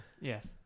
Yes